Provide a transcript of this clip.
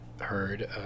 heard